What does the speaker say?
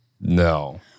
No